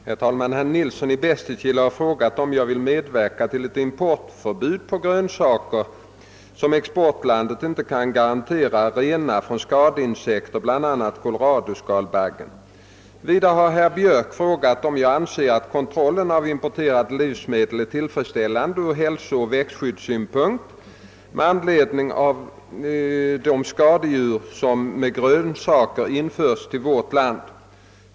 Herr talman! Herr Nilsson i Bästekille har frågat om jag vill medverka till ett importförbud på grönsaker, som exportlandet inte kan garantera rena från skadeinsekter, bl.a. koloradoskalbaggen. Vidare har herr Björk frågat om jag anser att kontrollen av importerade livsmedel är tillfredsställande ur hälsooch växtskyddssynpunkt med anledning av de skadedjur som med grönsaker införts till vårt land.